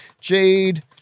Jade